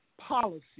policy